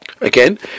Again